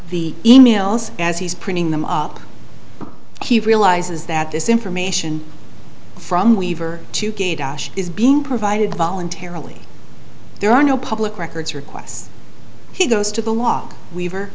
the e mails as he's printing them up he realizes that this information from weaver to gay dash is being provided voluntarily there are no public records requests he goes to the log weaver